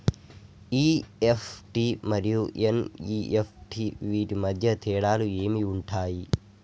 EFT మరియు NEFT వీటి మధ్య తేడాలు ఏమి ఉంటాయి?